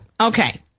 Okay